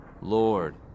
Lord